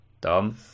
Dom